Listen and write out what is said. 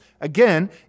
again